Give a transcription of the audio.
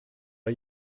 are